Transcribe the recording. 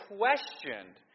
questioned